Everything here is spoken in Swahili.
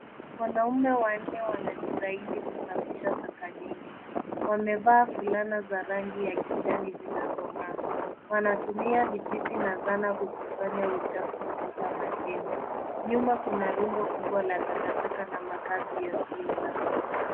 Wanaume wanne wanajitahidi kusafisha taka nyingi. Wamevaa fulana za rangi ya kijani zinazongaa. Wanatumia vijiti na zana kukusanya uchafu kutoka majini. Nyuma kuna rundo kubwa la takataka na makaazi yasiyo rasmi.